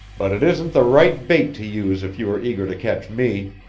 but it isn't the right bait to use if you are eager to catch me.